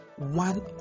one